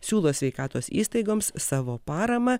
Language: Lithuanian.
siūlo sveikatos įstaigoms savo paramą